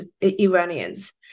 Iranians